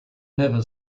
never